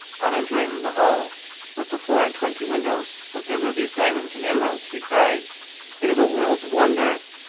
on entering the hall with the four-and-twenty windows, with their rubies, diamonds, and emeralds, he cried it is a world's wonder!